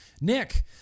Nick